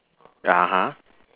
(uh huh)